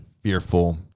fearful